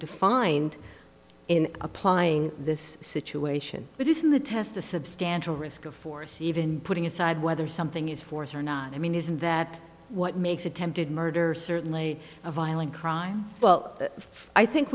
defined in applying this situation but isn't the test a substantial risk of force even putting aside whether something is force or not i mean isn't that what makes attempted murder certainly a violent crime well i think